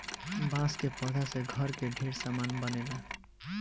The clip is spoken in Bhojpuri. बांस के पौधा से घर के ढेरे सामान बनेला